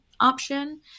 option